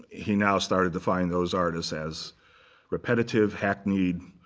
he now started to find those artists as repetitive, hackneyed,